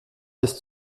bis